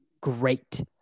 great